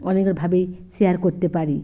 অনেকভাবে শেয়ার করতে পারি